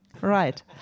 Right